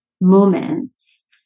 moments